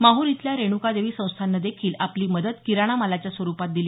माहूर इथल्या रेणूकादेवी संस्थाननं देखील आपली मदत किराणा मालाच्या स्वरूपात दिली